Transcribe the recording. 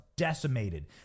decimated